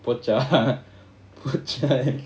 போச்சா:poocha போச்சா:poocha